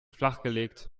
flachgelegt